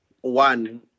one